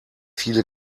viele